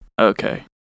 Okay